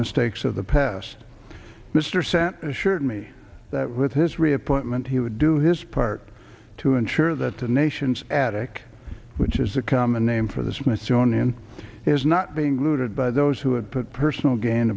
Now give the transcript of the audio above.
mistakes of the past mr cent assured me that with his reappointment he would do his part to ensure that the nation's attic which is a common name for the smithsonian is not being looted by those who have put personal gain